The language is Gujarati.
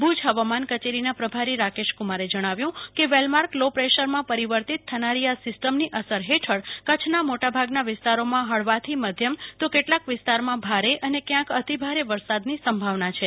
ભુજ હવામાન કચેરીના પ્રભારી રાકેશકુમારે જણાવ્યું કે વેલમાર્ક લો પ્રેશરમાં પરિવર્તિત થનારી આ સિસ્ટમની અસર તળે કચ્છના મોટાભાગના વિસ્તારમાં હળવાથી મધ્યમ તો કેટલાક વિસ્તારમાં ભારે અને કયાંક અતિ ભારે વરસાદ વરસવાની સંભાવના છે